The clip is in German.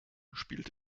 spielt